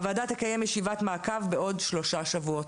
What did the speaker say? הוועדה תקיים ישיבת מעקב בעוד שלושה שבועות.